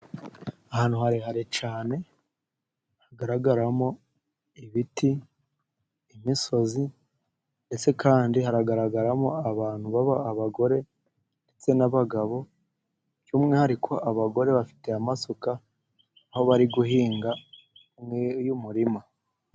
Ahantu harehare cyane hagaragaramo ibiti, imisozi ndetse kandi haragaragaramo abantu, abagore ndetse n'abagabo by'umwihariko, abagore bafite amasuka aho bari guhinga umurima.